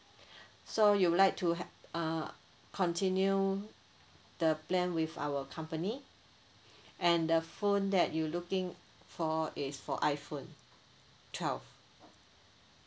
so you would like to ha~ uh continue the plan with our company and the phone that you looking for is for iphone twelve